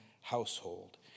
household